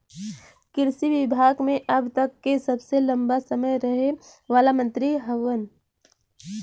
कृषि विभाग मे अब तक के सबसे लंबा समय रहे वाला मंत्री हउवन